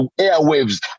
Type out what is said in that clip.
airwaves